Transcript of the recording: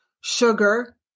sugar